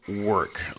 work